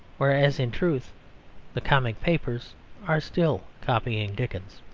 whereas in truth the comic papers are still copying dickens.